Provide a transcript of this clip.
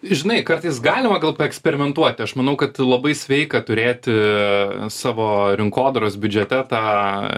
žinai kartais galima gal paeksperimentuoti aš manau kad labai sveika turėti savo rinkodaros biudžete tą